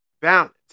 balance